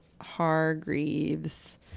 Hargreaves